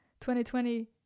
2020